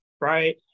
right